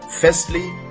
Firstly